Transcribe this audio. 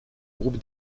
groupe